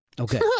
okay